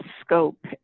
scope